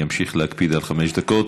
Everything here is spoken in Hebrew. לגבי הבאים אני אמשיך להקפיד על חמש דקות.